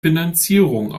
finanzierung